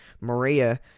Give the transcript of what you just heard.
Maria